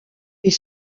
est